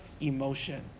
emotion